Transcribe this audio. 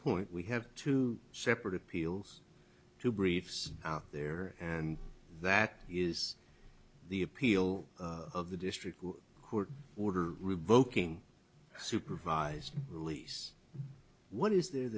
point we have two separate appeals to briefs out there and that is the appeal of the district court order revoking supervised release what is